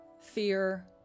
fear